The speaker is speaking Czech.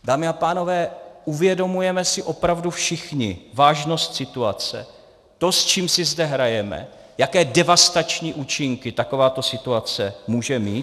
Dámy a pánové, uvědomujeme si opravdu všichni vážnost situace, to, s čím si zde hrajeme, jaké devastační účinky takováto situace může mít?